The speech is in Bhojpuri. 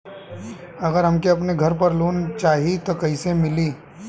अगर हमके अपने घर पर लोंन चाहीत कईसे मिली?